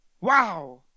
Wow